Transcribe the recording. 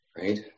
right